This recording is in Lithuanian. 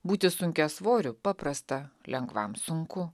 būti sunkiasvoriu paprasta lengvam sunku